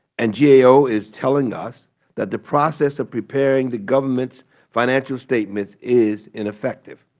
and gao is telling us that the process of preparing the government's financial statement is ineffective.